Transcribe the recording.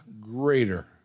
greater